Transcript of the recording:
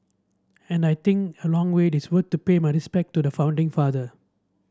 and I think a long wait is worth to pay my respect to the founding father